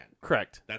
Correct